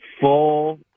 Full